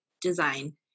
design